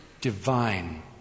divine